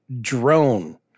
drone